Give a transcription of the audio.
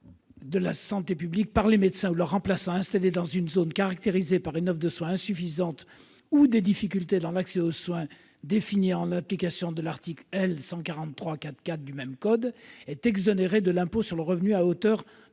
de la santé publique par les médecins ou leurs remplaçants installés dans une zone caractérisée par une offre de soins insuffisante ou des difficultés dans l'accès aux soins, définie en application de l'article L. 1434-4 du même code, est exonérée de l'impôt sur le revenu à hauteur